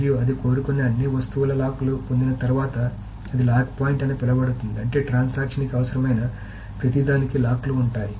మరియు అది కోరుకునే అన్ని వస్తువుల లాక్ లు పొందిన తర్వాత అది లాక్ పాయింట్ అని పిలువబడుతుంది అంటే ట్రాన్సాక్షన్ కి అవసరమైన ప్రతిదానికీ లాక్ లు ఉంటాయి